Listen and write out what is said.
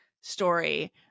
story